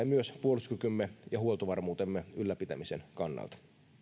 myös puolustuskykymme ja huoltovarmuutemme ylläpitämisen kannalta